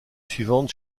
suivante